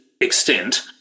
extent